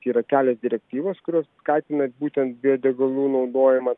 yra kelios direktyvos kurios skatina būtent biodegalų naudojimą